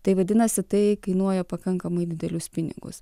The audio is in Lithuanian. tai vadinasi tai kainuoja pakankamai didelius pinigus